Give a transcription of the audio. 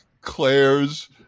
Claire's